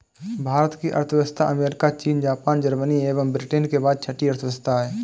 भारत की अर्थव्यवस्था अमेरिका, चीन, जापान, जर्मनी एवं ब्रिटेन के बाद छठी अर्थव्यवस्था है